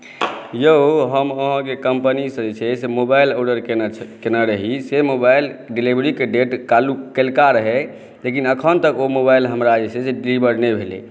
यौ हम अहाँके कम्पनीसॅं जे छै मोबाइल ऑर्डर कयने रही से मोबाइल डीलिवरीक डेट काल्हिका रहै लेकिन अखन तक ओ मोबाइल हमरा जे छै डीलिवर नहि भेलय